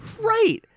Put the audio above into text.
right